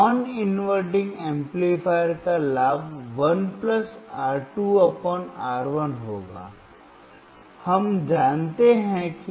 non inverting amplifier का लाभ 1 R2 R1 होगा हम जानते हैं कि